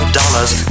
dollars